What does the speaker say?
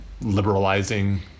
liberalizing